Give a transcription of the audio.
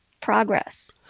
progress